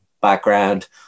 background